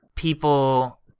people